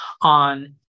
on